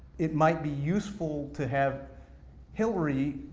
it might be useful to have hillary,